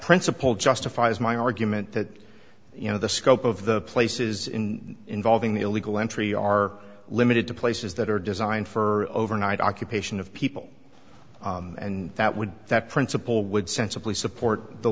principle justifies my argument that you know the scope of the places in involving the illegal entry are limited to places that are designed for overnight occupation of people and that would that principle would sensibly support the